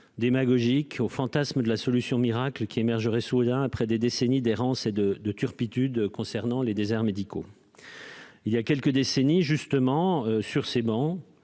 démagogiques, au fantasme de la solution miracle qui émergerait soudain après des décennies d'errance et de turpitudes concernant les déserts médicaux. Voilà quelques décennies ont été prises par